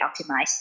optimized